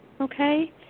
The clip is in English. okay